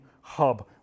hub